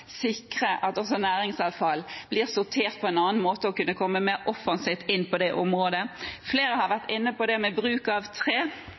at også næringsavfall blir sortert på en annen måte, og å kunne komme mer offensivt inn på det området. Flere har vært inne på det med bruk av tre.